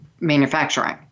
manufacturing